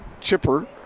chipper